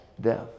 death